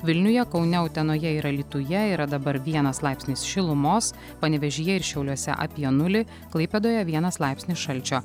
vilniuje kaune utenoje ir alytuje yra dabar vienas laipsnis šilumos panevėžyje ir šiauliuose apie nulį klaipėdoje vienas laipsnis šalčio